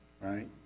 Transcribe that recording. right